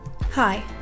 Hi